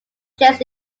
jesse